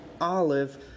olive